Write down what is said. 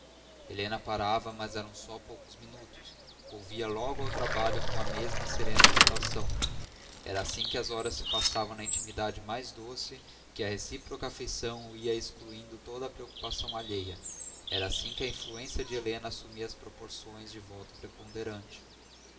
helena parava mas eram só poucos minutos volvia logo ao trabalho com a mesma serena agitação era assim que as horas se passavam na intimidade mais doce e que a recíproca afeição ia excluindo toda a preocupação alheia era assim que a influência de helena assumia as proporções de voto preponderante